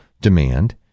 demand